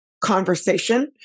conversation